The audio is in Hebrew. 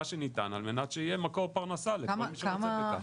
שניתן על מנת שיהיה מקור פרנסה לכל מי שרוצה בכך.